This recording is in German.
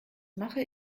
mache